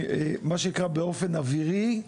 מה שנקרא באופן אווירי,